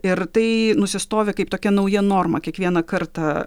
ir tai nusistovi kaip tokia nauja norma kiekvieną kartą